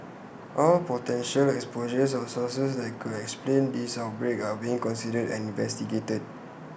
all potential exposures or sources that could explain this outbreak are being considered and investigated